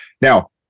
Now